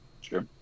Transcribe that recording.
Sure